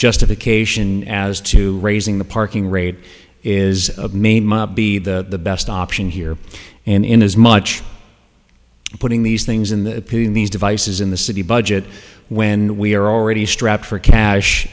justification as to raising the parking rate is me might be that the best option here and inasmuch putting these things in the ap in these devices in the city budget when we are already strapped for cash